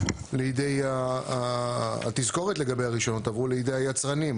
לידי התזכורת לגבי הרישיונות עברו לידי היצרנים.